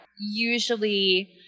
usually